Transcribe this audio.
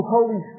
Holy